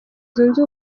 zunze